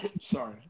Sorry